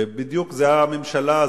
וזאת בדיוק הממשלה הזאת,